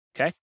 Okay